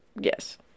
yes